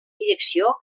direcció